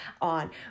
on